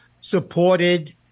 supported